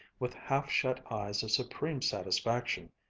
with half-shut eyes of supreme satisfaction,